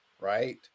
right